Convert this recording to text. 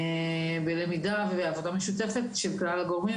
בלמידה ועבודה משותפת של כלל הגורמים